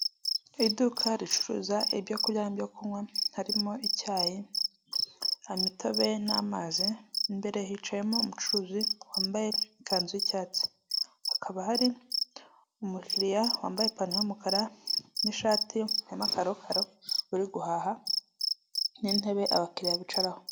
Iduka ricuruza ibyo kurya n'ibyo kunywa haririmo icyayi, hari imitobe n'amazi, imbere hicayemo umucuruzi wambaye ikanzu y'icyatsi. Hakaba hari umukiriya wambaye ipantaro y'umukara n'ishati ya karokaro uri guhaha n'intebe abakiriya bicaraho.